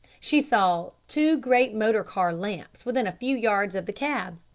she saw two great motor-car lamps within a few yards of the cab.